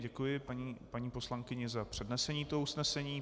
Děkuji paní poslankyni za přednesení toho usnesení.